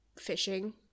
fishing